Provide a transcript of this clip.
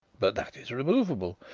but that is removable.